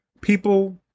people